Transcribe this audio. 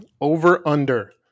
Over-under